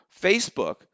Facebook